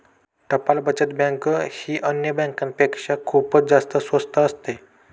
टपाल बचत बँक ही अन्य बँकांपेक्षा खूपच जास्त स्वस्त असते